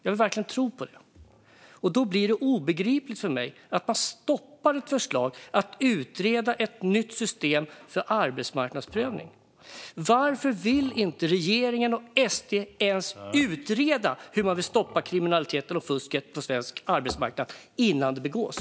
Jag vill verkligen tro det, och då blir det obegripligt för mig att man stoppar ett förslag att utreda ett nytt system för arbetsmarknadsprövning. Varför vill inte regeringen och SD ens utreda hur man kan stoppa kriminaliteten och fusket på svensk arbetsmarknad innan det begås?